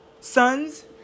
sons